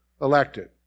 elected